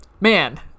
man